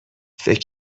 فکر